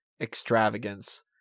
extravagance